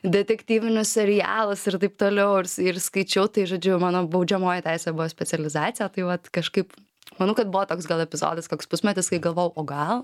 detektyvinius serialus ir taip toliau ir ir skaičiau tai žodžiu mano baudžiamoji teisė buvo specializacija tai vat kažkaip manau kad buvo toks gal epizodas koks pusmetis kai galvojau o gal